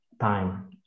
time